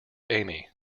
amy